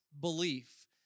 belief